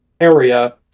area